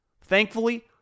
Thankfully